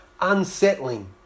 unsettling